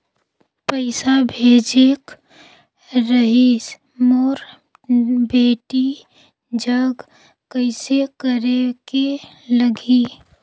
पइसा भेजेक रहिस मोर बेटी जग कइसे करेके लगही?